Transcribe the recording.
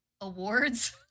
awards